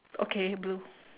okay blue